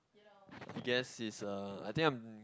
I guess it's a I think I'm